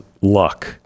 luck